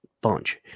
bunch